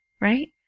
right